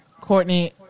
Courtney